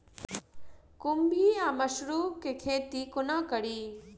खुम्भी वा मसरू केँ खेती कोना कड़ी?